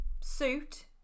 suit